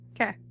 Okay